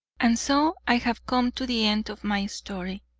and so i have come to the end of my story.